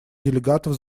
делегатов